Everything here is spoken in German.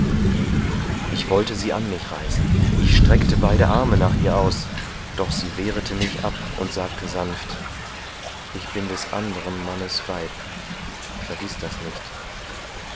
ich wollte sie an mich reißen ich streckte beide arme nach ihr aus doch sie wehrete mich ab und sagte sanft ich bin des anderen mannes weib vergiß das nicht